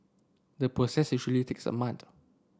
the process usually takes a month